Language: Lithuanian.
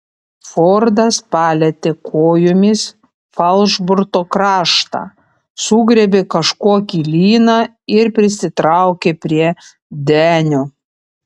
fordas palietė kojomis falšborto kraštą sugriebė kažkokį lyną ir prisitraukė prie denio